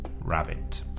Rabbit